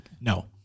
No